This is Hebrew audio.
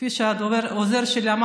כפי שהעוזר שלי אמר,